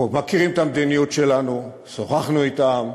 מכירות את המדיניות שלנו, שוחחנו אתן.